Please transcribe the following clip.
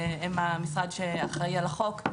שהם המשרד שאחראי על החוק,